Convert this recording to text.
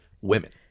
women